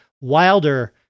Wilder